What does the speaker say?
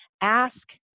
Ask